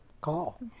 call